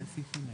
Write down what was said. התשפ"ג-2023".